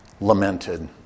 lamented